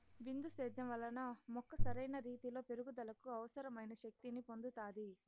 బిందు సేద్యం వలన మొక్క సరైన రీతీలో పెరుగుదలకు అవసరమైన శక్తి ని పొందుతాది